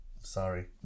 Sorry